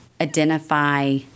identify